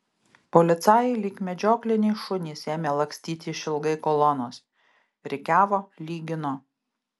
policajai lyg medžiokliniai šunys ėmė lakstyti išilgai kolonos rikiavo lygino